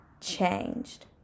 changed